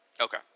Okay